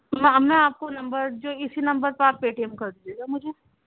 وہ ہم نا آپ کو نمبر جو اسی نمبر پر آپ پے ٹی ایم کر دیجیے گا مجھے